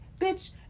bitch